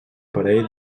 parell